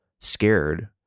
scared